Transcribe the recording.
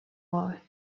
war